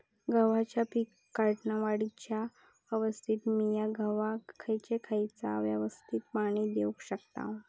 गव्हाच्या पीक वाढीच्या अवस्थेत मिया गव्हाक खैयचा खैयचा अवस्थेत पाणी देउक शकताव?